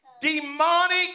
demonic